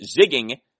zigging